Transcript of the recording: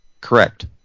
Correct